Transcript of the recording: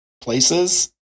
places